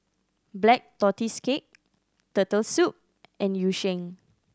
Black Tortoise Cake Turtle Soup and Yu Sheng